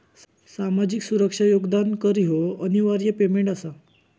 सामाजिक सुरक्षा योगदान कर ह्यो अनिवार्य पेमेंट आसा